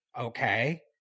okay